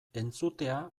entzutea